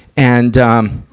and, um,